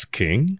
king